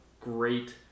great